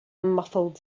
muffled